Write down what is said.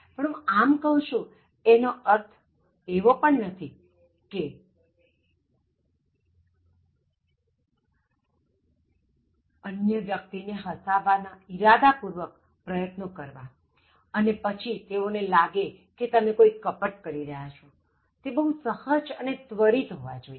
પણ હું આમ કહું છું એનો અર્થ એ નથી કે અન્ય વ્યક્તિ ને હસાવવા ના ઇરાદાપૂર્વક પ્રયત્ન કરવા અને પછી તેઓ ને લાગે કે તમે કોઇ કપટ કરી રહ્યા છો તે બહુ જ સહજ અને ત્વરિત હોવા જોઇએ